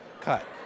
Cut